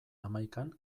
hamaikan